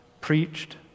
preached